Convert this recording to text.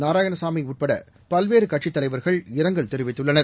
நாராயணசாமி உட்படபல்வேறுகட்சித் தலைவர்கள் இரங்கல் ஸ்டாலின் தெரிவித்துள்ளனர்